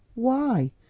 why,